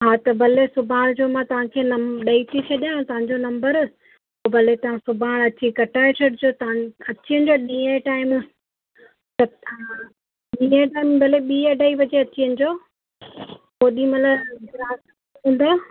हा त भले सुभाणे जो मां तव्हांखे नंब ॾेई थी छॾियां तव्हांजो नंबर त भले तव्हां सुभाणे अची कटाए छॾिजो तव्हां अची वञिजो ॾींहं जे टाइम त हा ईअं तव्हां भले ॿीं अढाई बजे अची वञिजो ओॾीमहिल ग्राहक हूंदा